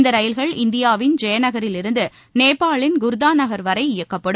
இந்த ரயில்கள் இந்தியாவின் ஜெய நகிலிருந்து நேபாளின் குர்தா நகர் வரை இயக்கப்படும்